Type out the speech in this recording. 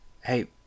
Hey